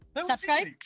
subscribe